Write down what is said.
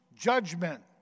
judgment